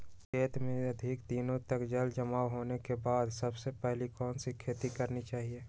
खेत में अधिक दिनों तक जल जमाओ होने के बाद सबसे पहली कौन सी खेती करनी चाहिए?